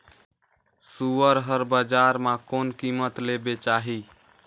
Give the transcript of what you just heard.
सुअर हर बजार मां कोन कीमत ले बेचाही?